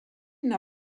n’a